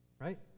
right